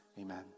Amen